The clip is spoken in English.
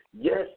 Yes